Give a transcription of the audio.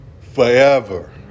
forever